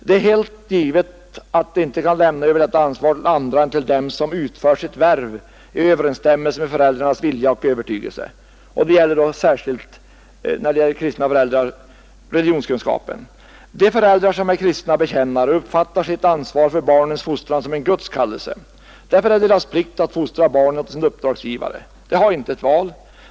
Det är helt givet att de inte kan lämna över detta ansvar till andra än till dem som utför sitt värv i överensstämmelse med föräldrarnas vilja och övertygelse. För kristna föräldrar gäller det då särskilt religionskunskapen. De föräldrar som är kristna bekännare uppfattar sitt ansvar för barnens fostran som en Guds kallelse. Därför är det deras plikt att fostra barnen åt sin uppdragsgivare. De har inget val.